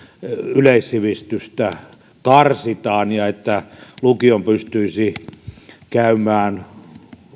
yleissivistystä karsitaan ja että lukion pystyisi käymään